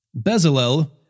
Bezalel